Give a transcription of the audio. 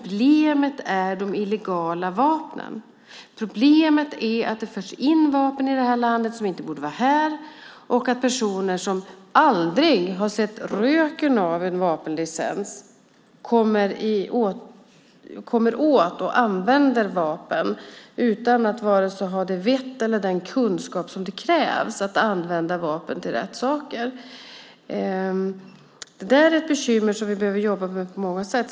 Problemet är de illegala vapnen. Problemet är att det förs in vapen i det här landet som inte borde vara här och att personer som aldrig har sett röken av en vapenlicens kommer åt och använder vapen utan att vare sig ha det vett eller den kunskap som krävs för att använda vapen till rätt saker. Det är ett bekymmer som vi behöver jobba med på många sätt.